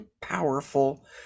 powerful